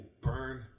burn